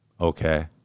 Okay